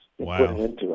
Wow